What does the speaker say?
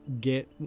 get